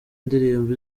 indirimbo